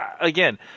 again